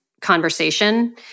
conversation